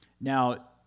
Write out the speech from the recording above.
Now